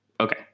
Okay